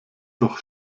doch